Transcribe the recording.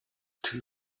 two